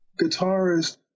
guitarist